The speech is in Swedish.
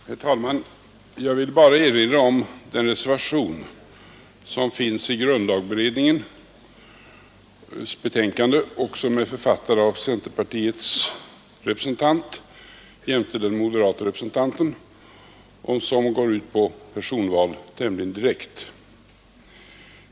Herr talman! Jag vill bara erinra om den reservation i grundlagberedningens betänkande som är författad av centerpartiets representant jämte den moderate representanten och som går ut på personval tämligen direkt.